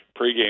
pregame